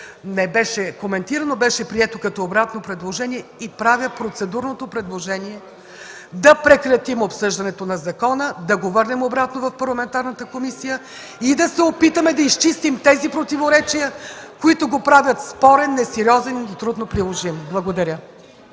не беше коментирано, а беше прието като обратно предложение. Правя процедурното предложение да прекратим обсъждането на закона, да го върнем обратно в парламентарната комисия и да се опитаме да изчистим противоречията, които го правят спорен, несериозен или трудно приложим. Благодаря.